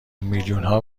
میلیونها